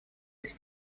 эти